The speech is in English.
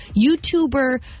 YouTuber